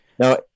Now